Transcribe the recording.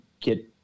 get